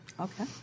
Okay